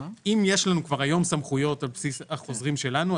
אם יש לנו כבר היום סמכויות על בסיס החוזרים שלנו,